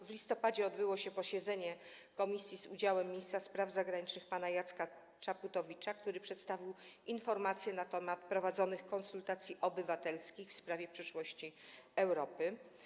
W listopadzie odbyło się posiedzenie komisji z udziałem ministra spraw zagranicznych pana Jacka Czaputowicza, który przedstawił informację na temat prowadzonych konsultacji obywatelskich w sprawie przyszłości Europy.